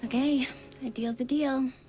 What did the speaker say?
ah a a deal's a deal.